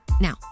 Now